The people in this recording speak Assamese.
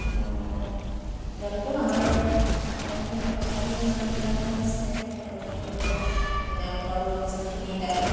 তেওঁলোকেও আমাৰ অসমীয়া মানুহবিলাকৰ নিচিনাকে তেওঁলোকৰো উৎসৱ তিনিটাই